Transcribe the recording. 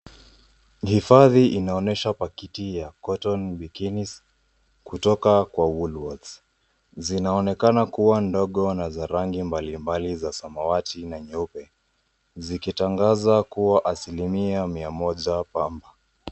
Hifadhi inaonyesha pakiti ya cotton bikinis kutoka kwa Woolworths. Zinaonekana kuwa ndogo na za rangi mbalimbali za samawati na nyeupe, zikitangaza kuwa asilimia mia moja pamba.